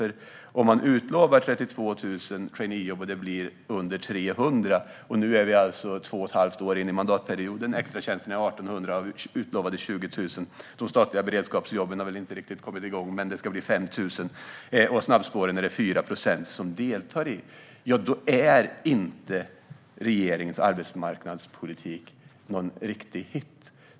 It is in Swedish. Man har utlovat 32 000 traineejobb, men det blev inte ens 300. Extratjänsterna är 1 800 av utlovade 20 000. De statliga beredskapsjobben har väl inte riktigt kommit igång, men det är sagt att det ska bli 5 000 sådana. Snabbspåren är det 4 procent som deltar i. Nu är vi två och ett halvt år in i mandatperioden, och sådana resultat visar att regeringens arbetsmarknadspolitik inte är någon riktig hit.